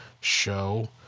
show